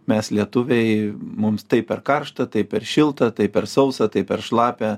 mes lietuviai mums tai per karšta tai per šilta tai per sausa tai per šlapia